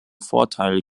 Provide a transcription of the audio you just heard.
vorteil